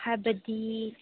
ꯍꯥꯏꯕꯗꯤ